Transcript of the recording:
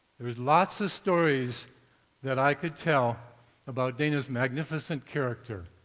there is lots of stories that i could tell about dana's magnificent character.